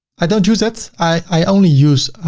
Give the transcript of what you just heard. i don't use it. i only use